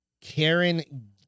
Karen